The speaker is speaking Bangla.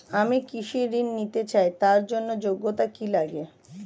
আমি কৃষি ঋণ নিতে চাই তার জন্য যোগ্যতা কি লাগে?